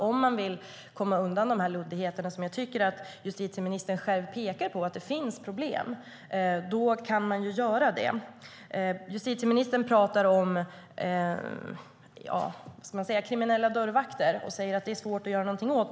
Om man vill komma undan de luddigheter och problem som justitieministern själv pekar på är det fullt möjligt att göra det. Justitieministern talar om kriminella dörrvakter och säger att detta är svårt att göra något åt.